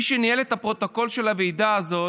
מי שניהל את פרוטוקול הוועידה היה